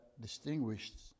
distinguished